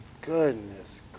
Goodness